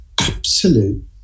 absolute